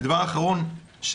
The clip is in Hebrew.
ודבר אחרון,